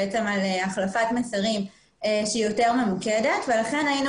על החלפת מסרים שהיא יותר ממוקדת ולכן היינו